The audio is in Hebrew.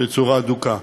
בצורה אדוקה.